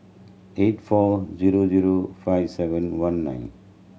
eight four zero zero five seven one nine